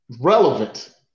relevant